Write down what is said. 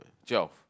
twelve